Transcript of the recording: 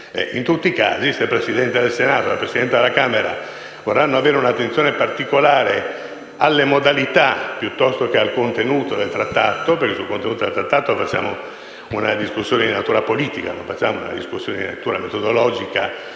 In tutti i casi, se il Presidente del Senato e la Presidente della Camera vorranno avere un'attenzione particolare alle modalità piuttosto che al contenuto del Trattato (perché sul contenuto del Trattato facciamo una discussione di natura politica e non metodologica),